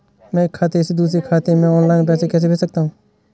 मैं एक खाते से दूसरे खाते में ऑनलाइन पैसे कैसे भेज सकता हूँ?